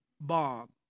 bomb